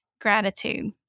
gratitude